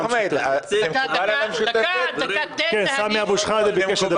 כן, סמי אבו שחאדה ביקש לדבר.